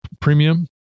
premium